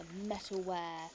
metalware